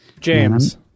James